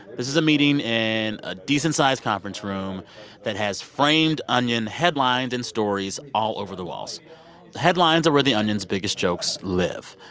this is a meeting in a decent-sized conference room that has framed onion headlines and stories all over the walls. the headlines are where the onion's biggest jokes live.